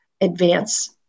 advance